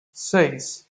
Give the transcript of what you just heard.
seis